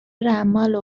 رمال